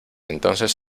entonces